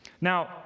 Now